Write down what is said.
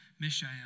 Mishael